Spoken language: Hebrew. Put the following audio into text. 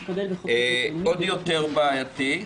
עוד יותר בעייתי,